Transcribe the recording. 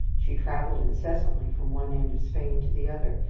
she travelled incessantly from one end of spain to the other,